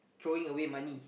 throwing away money